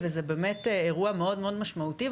וזה באמת אירוע מאוד מאוד משמעותי.